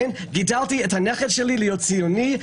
גידלתי את הנכד שלי להיות ציוני,